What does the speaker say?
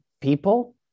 people